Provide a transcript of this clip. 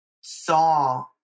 saw